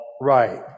right